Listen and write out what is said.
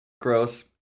Gross